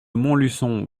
montluçon